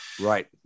Right